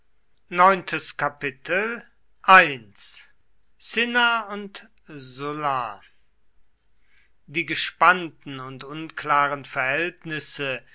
kapitel cinna und sulla die gespannten und unklaren verhältnisse